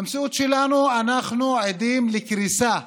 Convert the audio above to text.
במציאות שלנו אנחנו עדים לקריסה,